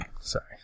Sorry